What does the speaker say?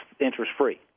interest-free